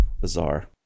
Bizarre